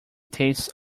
tastes